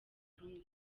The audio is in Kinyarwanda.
rumwe